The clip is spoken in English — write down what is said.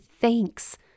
thanks